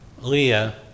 Leah